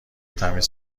تمیز